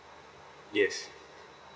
yes